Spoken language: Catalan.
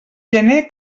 gener